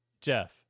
Jeff